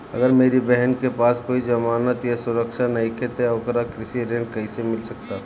अगर मेरी बहन के पास कोई जमानत या सुरक्षा नईखे त ओकरा कृषि ऋण कईसे मिल सकता?